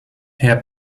herr